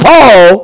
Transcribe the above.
Paul